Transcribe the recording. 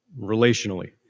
relationally